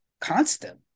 constant